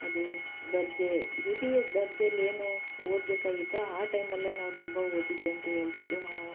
ಅದು ದರ್ಜೆ ದ್ವಿತೀಯ ದರ್ಜೇಲಿ ಏನು ಓದಬೇಕಾಗಿತ್ತೋ ಆ ಟೈಮಲ್ಲೇ ನಾವು ತುಂಬ ಓದಿದ್ದು ಅಂತ ಹೇಳ್ಬೋದು